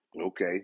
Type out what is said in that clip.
okay